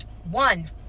One